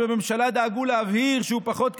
בממשלה דאגו להבהיר שהוא פחות קטלני,